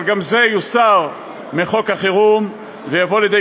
אבל גם זה יוסר מחוק החירום ויבוא לידי